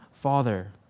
father